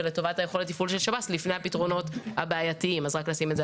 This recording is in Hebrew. ולטובת יכולת התפעול של שב"ס לפני הפתרונות הבעייתיים.